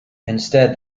instead